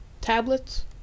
tablets